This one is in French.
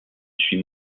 suis